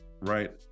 right